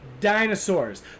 dinosaurs